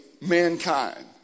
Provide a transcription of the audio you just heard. mankind